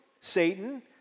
Satan